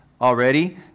already